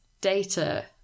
data